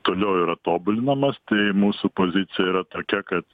toliau yra tobulinamas tai mūsų pozicija yra tokia kad